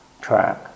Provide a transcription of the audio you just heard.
track